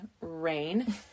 rain